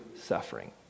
suffering